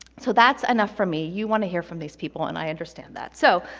so that's enough from me. you want to hear from these people, and i understand that. so,